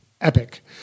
EPIC